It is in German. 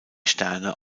sterne